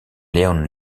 leon